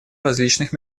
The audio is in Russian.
различных